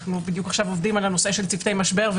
אנחנו בדיוק עכשיו עובדים על הנושא של צוותי משבר,